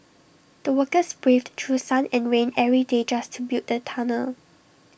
the workers braved through sun and rain every day just to build the tunnel